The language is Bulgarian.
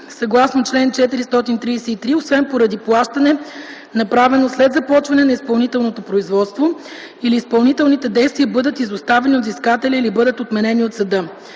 съгласно чл. 433, освен поради плащане, направено след започване на изпълнителното производство, или изпълнителните действия бъдат изоставени от взискателя или бъдат отменени от съда.